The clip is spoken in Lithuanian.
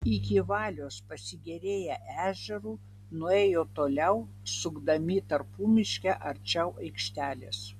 iki valios pasigėrėję ežeru nuėjo toliau sukdami tarpumiške arčiau aikštelės